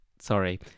sorry